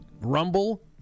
Rumble